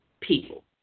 people